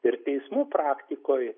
ir teismų praktikoj